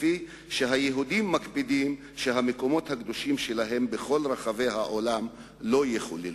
כפי שהיהודים מקפידים שהמקומות הקדושים שלהם בכל רחבי העולם לא יחוללו.